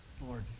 Lord